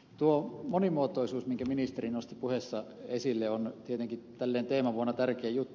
tuo monimuotoisuus jonka ministeri nosti puheessaan esille on tietenkin näin teemavuonna tärkeä juttu